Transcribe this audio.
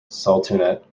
sultanate